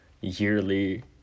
yearly